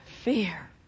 fear